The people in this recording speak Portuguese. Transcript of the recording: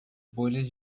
bolhas